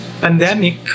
pandemic